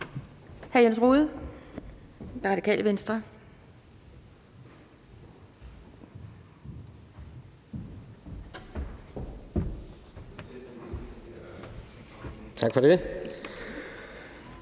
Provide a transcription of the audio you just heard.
Tak for det.